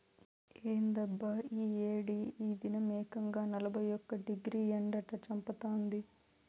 ఏందబ్బా ఈ ఏడి ఈ దినం ఏకంగా నలభై ఒక్క డిగ్రీ ఎండట చంపతాంది